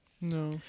No